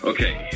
Okay